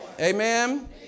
Amen